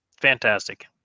fantastic